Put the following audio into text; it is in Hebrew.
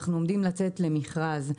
אנחנו עומדים לצאת למכרז,